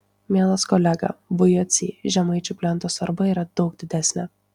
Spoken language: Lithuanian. mielas kolega v jocy žemaičių plento svarba yra daug didesnė